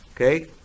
Okay